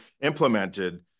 implemented